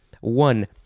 One